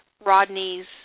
Rodney's